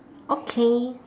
okay